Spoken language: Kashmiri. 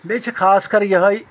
بیٚیہِ چھِ خاص کَر یِہٲے